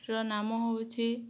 ର ନାମ ହେଉଛି